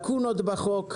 לקונות בחוק,